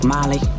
Molly